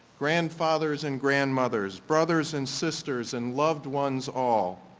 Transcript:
grandfathers and grandmothers, brothers and sisters and loved ones all.